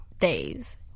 days